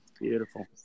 Beautiful